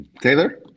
Taylor